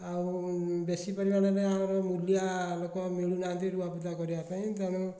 ଆଉ ବେଶୀ ପରିମାଣରେ ଆମର ମୂଲିଆ ଲୋକ ମିଳୁନାହାନ୍ତି ରୁଆ ପୋତା କରିବା ପାଇଁ ତେଣୁ